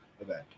event